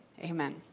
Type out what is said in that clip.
amen